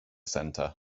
centre